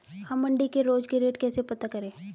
हम मंडी के रोज के रेट कैसे पता करें?